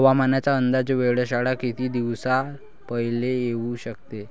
हवामानाचा अंदाज वेधशाळा किती दिवसा पयले देऊ शकते?